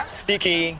sticky